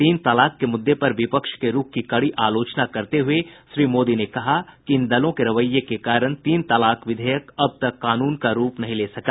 तीन तलाक के मुद्दे पर विपक्ष के रूख की कड़ी आलोचना करते हुये श्री मोदी ने कहा कि इन दलों के रवैये के कारण तीन तलाक विधेयक अब तक कानून का रूप नहीं ले सका